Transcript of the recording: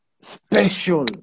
special